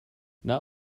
not